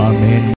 Amen